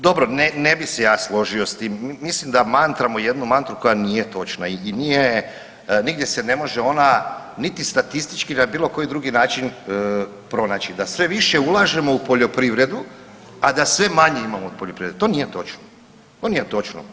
Dobro, ne bi se ja složio s tim mislim da mantramo jednu mantru koja nije točna i nigdje se ne može ona niti statistički ni na bilo koji drugi način pronaći, da sve više ulažemo u poljoprivredu, a da sve manje imamo od poljoprivrede, to nije točno, to nije točno.